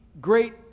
great